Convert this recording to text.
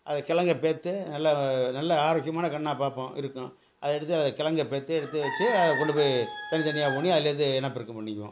அதில் கெழங்க பேத்து நல்ல நல்ல ஆரோக்கியமான கன்றா பார்ப்போம் இருக்கும் அதை எடுத்து கெழங்க பேத்து எடுத்து வச்சு அதை கொண்டு போய் தனித் தனியாக ஊனி அதுலேருந்து இனப்பெருக்கம் பண்ணிக்குவோம்